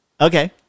Okay